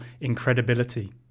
incredibility